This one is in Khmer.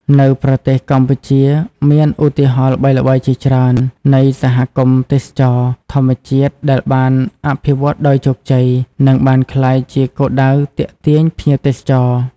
នៅប្រទេសកម្ពុជា មានឧទាហរណ៍ល្បីៗជាច្រើននៃសហគមន៍ទេសចរណ៍ធម្មជាតិដែលបានអភិវឌ្ឍន៍ដោយជោគជ័យ និងបានក្លាយជាគោលដៅទាក់ទាញភ្ញៀវទេសចរ។